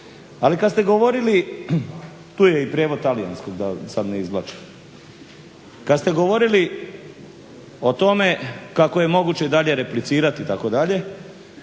Ali kada ste govorili tu je i prijevod talijanskog da sada ne izvlačim, kada ste govorili o tome kako je moguće dalje replicirati itd. pa